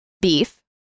beef